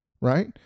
Right